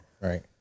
Right